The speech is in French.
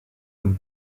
comme